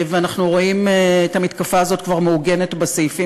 ואנחנו רואים את המתקפה הזאת כבר מעוגנת בסעיפים